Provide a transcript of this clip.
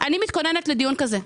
אני מתכוננת לדיון כזה.